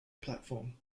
platform